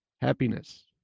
happiness